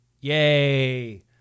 Yay